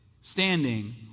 standing